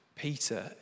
Peter